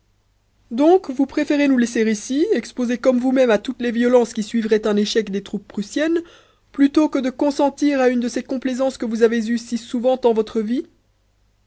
donc vous préférez nous laisser ici exposés comme vous-même à toutes les violences qui suivraient un échec des troupes prussiennes plutôt que de consentir à une de ces complaisances que vous avez eues si souvent en votre vie